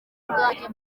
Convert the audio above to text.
bwanjye